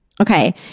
okay